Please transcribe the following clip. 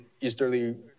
Easterly